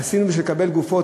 עשינו בשביל לקבל גופות,